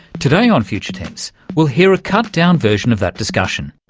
today on future tense we'll hear a cut-down version of that discussion.